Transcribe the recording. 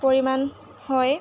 পৰিমাণ হয়